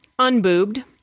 Unboobed